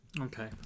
Okay